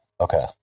Okay